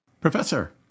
Professor